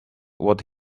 what